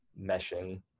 meshing